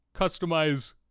customize